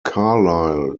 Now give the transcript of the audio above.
carlisle